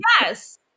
Yes